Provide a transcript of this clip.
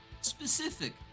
specific